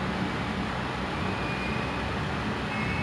the operating hours sekarang dah like sikit only